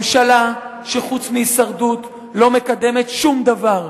ממשלה שחוץ מהישרדות לא מקדמת שום דבר.